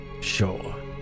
Sure